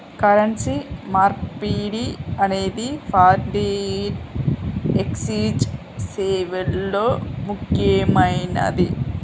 currency మార్పిడి అనేది foreign exchange సేవల్లో ముక్కెమైనది